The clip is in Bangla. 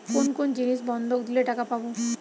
কোন কোন জিনিস বন্ধক দিলে টাকা পাব?